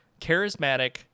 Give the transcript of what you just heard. charismatic